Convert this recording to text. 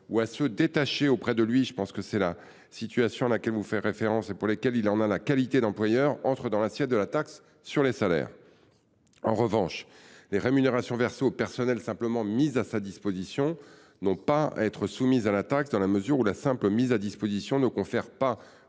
lui est détaché – c’est le cas qui s’applique dans la situation que vous mentionnez – et pour lequel il a la qualité d’employeur entrent dans l’assiette de la taxe sur les salaires. En revanche, les rémunérations versées au personnel simplement mis à sa disposition n’ont pas à être soumises à la taxe, dans la mesure où la simple mise à disposition ne confère pas